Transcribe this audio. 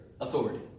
authority